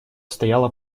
стояла